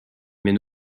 mais